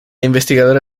investigadora